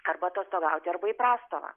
arba atostogauti arba į prastovą